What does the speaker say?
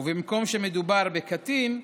ובמקום שמדובר בקטין,